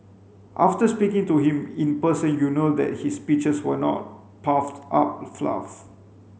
after speaking to him in person you know that his speeches were not puffed up fluff